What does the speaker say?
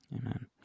Amen